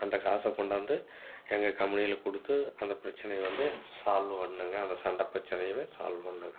அந்த காசை கொண்டாந்து எங்கள் கம்பெனியில் கொடுத்து அந்த பிரச்சினைய வந்து சால்வு பண்ணிணேங்க அந்த சண்டை பிரச்சினையுமே சால்வு பண்ணிணேங்க ஆமாம்